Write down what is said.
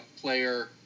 player